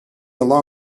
along